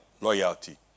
loyalty